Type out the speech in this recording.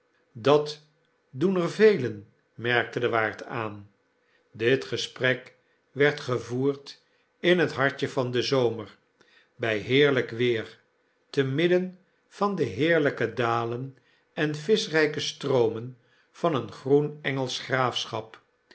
dat doen er velen merkte de waard aan dit gesprek werd gevoerd in het hartje van den zomer by heerlp weer te midden van de heerlpe dalen en vischrpe stroomen van een groen engelsch graafschap